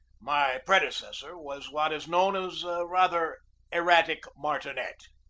my predecessor was what is known as a rather erratic martinet.